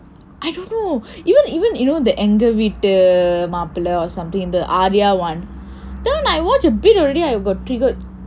I don't know you know you know even you know the Enga Veettu Mappillai vittu maappilai or something இந்த:intha arya [one] that one I watch a bit already I got triggered